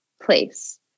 place